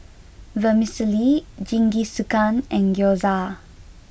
Vermicelli Jingisukan and Gyoza